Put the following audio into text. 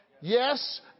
Yes